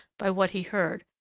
by what he heard,